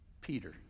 Peter